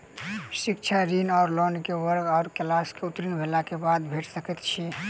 शिक्षा ऋण वा लोन केँ वर्ग वा क्लास उत्तीर्ण भेलाक बाद भेट सकैत छी?